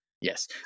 Yes